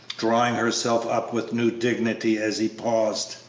drawing herself up with new dignity as he paused,